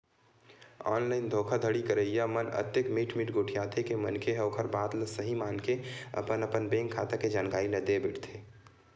online धोखाघड़ी करइया मन अतेक मीठ मीठ गोठियाथे के मनखे ह ओखर बात ल सहीं मानके अपन अपन बेंक खाता के जानकारी ल देय बइठथे